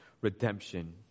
redemption